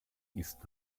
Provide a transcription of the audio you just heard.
ist